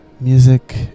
music